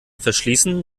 verschließen